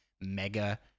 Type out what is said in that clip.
mega